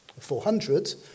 400